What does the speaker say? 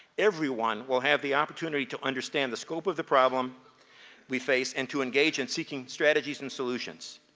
everyone will have the opportunity to understand the scope of the problem we face, and to engage in seeking strategies and solutions.